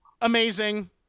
Amazing